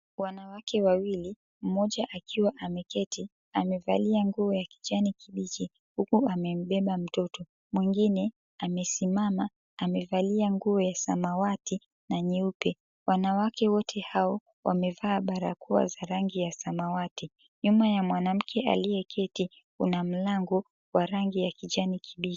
Wanawake wawili, mmoja akiwa ameketi. Amevalia nguo ya kijani kibichi, huku amembeba mtoto. Mwingine amesimama, amevalia nguo ya samawati na nyeupe. Wanawake wote hao wamevaa barakoa za rangi ya samawati. Nyuma ya mwanamke aliyeketi kuna mlango wa rangi ya kijani kibichi.